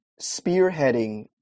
spearheading